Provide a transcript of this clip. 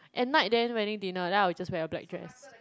at night then wedding dinner then I will just wear a black dress